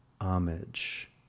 homage